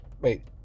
Wait